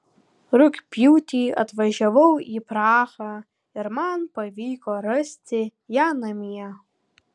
rugpjūtį atvažiavau į prahą ir man pavyko rasti ją namie